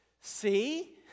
See